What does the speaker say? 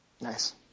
Nice